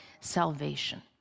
salvation